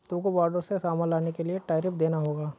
तुमको बॉर्डर से सामान लाने के लिए टैरिफ देना होगा